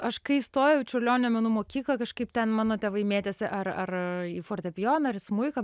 aš kai stojau čiurlionio menų mokyklą kažkaip ten mano tėvai mėtėsi ar ar į fortepijoną ar į smuiką